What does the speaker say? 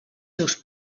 seus